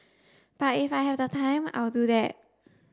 but if I have the time I'll do that